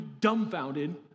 dumbfounded